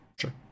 Sure